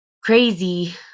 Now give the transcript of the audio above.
crazy